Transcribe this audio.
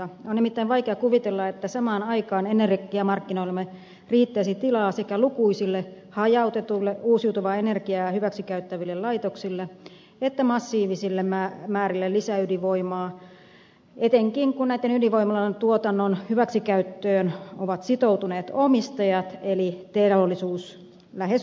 on nimittäin vaikea kuvitella että samaan aikaan energiamarkkinoillamme riittäisi tilaa sekä lukuisille hajautetuille uusiutuvaa energiaa hyväksi käyttäville laitoksille että massiivisille määrille lisäydinvoimaa etenkin kun näitten ydinvoimalojen tuotannon hyväksikäyttöön ovat sitoutuneet omistajat eli teollisuus lähes yksipuolisesti